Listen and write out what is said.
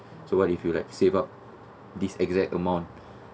so what do you feel like save up this exact amount